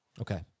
Okay